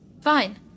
Fine